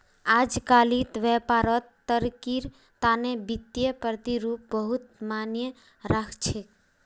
अजकालित व्यापारत तरक्कीर तने वित्तीय प्रतिरूप बहुत मायने राख छेक